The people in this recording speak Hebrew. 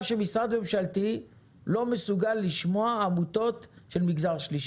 שמשרד ממשלתי לא מסוגל לשמוע עמותות של מגזר שלישי.